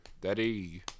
daddy